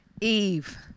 Eve